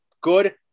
good